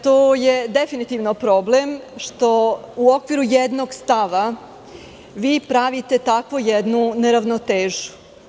To je definitivno problem što u okviru stava pravite takvu jednu neravnotežu.